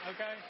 Okay